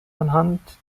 anhand